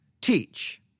teach